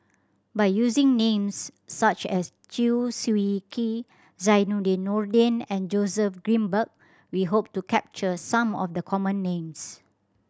by using names such as Chew Swee Kee Zainudin Nordin and Joseph Grimberg we hope to capture some of the common names